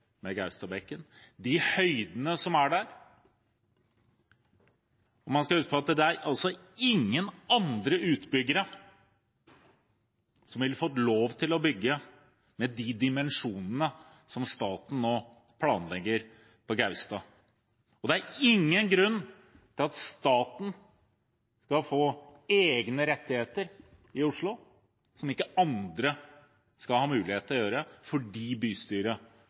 med gigantprosjektet på Gaustad er de naturverdiene man ødelegger –Gaustadbekken og de høydene som er der. Man skal huske på at det er ingen andre utbyggere som ville fått lov til å bygge med de dimensjonene som staten nå planlegger på Gaustad. Det er ingen grunn til at staten skal få egne rettigheter i Oslo, som andre ikke skal få mulighet til å få fordi bystyret